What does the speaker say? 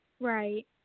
Right